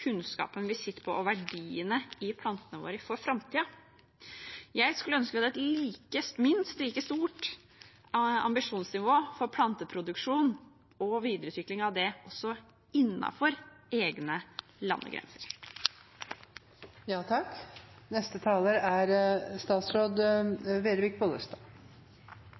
kunnskapen vi sitter på, og verdiene i plantene våre for framtiden. Jeg skulle ønske vi hadde et minst like høyt ambisjonsnivå for planteproduksjonen og videreutviklingen av det også innenfor egne